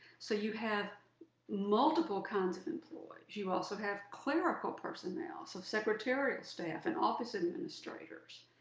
so you have multiple kinds of employees. you also have clerical personnel, so secretarial staff and office administrators.